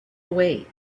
away